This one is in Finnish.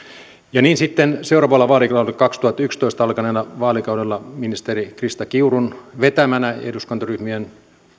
niin sitten seuraavalla vaalikaudella kaksituhattayksitoista alkaneella vaalikaudella ministeri krista kiurun vetämänä